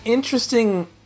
Interesting